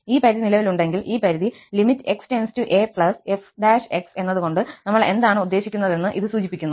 ഈ പരിധി നിലവിലുണ്ടെങ്കിൽ ഈ പരിധി xaf′ എന്നതുകൊണ്ട് നമ്മൾ എന്താണ് ഉദ്ദേശിക്കുന്നതെന്ന് ഇത് സൂചിപ്പിക്കുന്നു